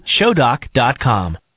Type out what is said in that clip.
ShowDoc.com